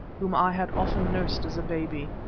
whom i had often nursed as a baby.